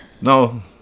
no